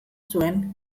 zuen